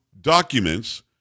documents